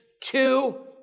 two